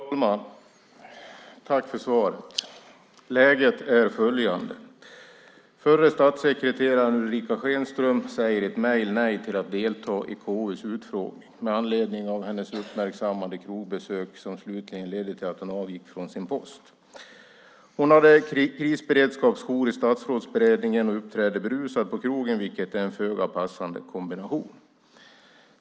Fru talman! Jag tackar för svaret. Läget är följande: Förre statssekreteraren Ulrica Schenström säger i ett mejl nej till att delta i KU:s utfrågning med anledning av hennes uppmärksammade krogbesök, som slutligen ledde till att hon avgick från sin post. Hon hade krisberedskapsjour i Statsrådsberedningen och uppträdde berusad på krogen, vilket är en föga passande kombination.